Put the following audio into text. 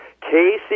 Casey